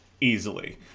easily